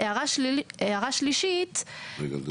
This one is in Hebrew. רגע.